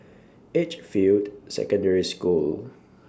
Edgefield Secondary School